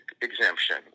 exemption